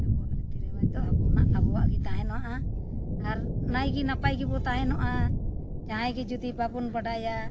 ᱟᱵᱚᱣᱟᱜ ᱨᱤᱛᱤᱼᱨᱮᱣᱟᱡᱽ ᱫᱚ ᱟᱵᱚᱱᱟᱜ ᱟᱵᱚᱣᱟᱜ ᱜᱮ ᱛᱟᱦᱮᱱᱚᱜᱼᱟ ᱟᱨ ᱱᱟᱭᱜᱮ ᱱᱟᱯᱟᱭ ᱜᱮᱵᱚ ᱛᱟᱦᱮᱱᱚᱜᱼᱟ ᱡᱟᱦᱟᱸᱭ ᱜᱮ ᱡᱩᱫᱤ ᱵᱟᱵᱚᱱ ᱵᱟᱰᱟᱭᱟ